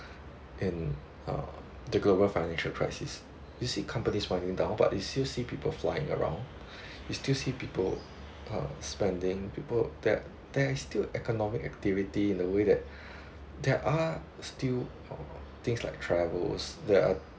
in uh the global financial crisis you see companies whining down but you still see people flying around you still see people uh spending people that there is still economical activity in a way that there are still things like travels there are